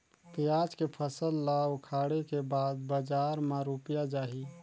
पियाज के फसल ला उखाड़े के बाद बजार मा रुपिया जाही?